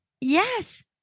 Yes